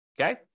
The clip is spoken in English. okay